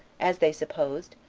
as they supposed,